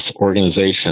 organization